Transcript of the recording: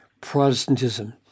Protestantism